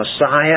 Messiah